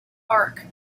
arc